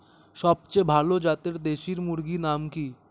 সবচেয়ে ভালো জাতের দেশি মুরগির নাম কি?